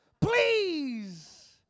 Please